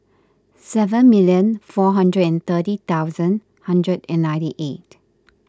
seven million four hundred and thirty thousand hundred and ninety eight